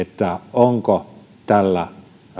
onko tällä